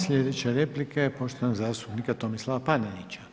Sljedeća replika je poštovanog zastupnika Tomislava Panenića.